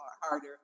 harder